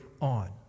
on